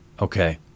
Okay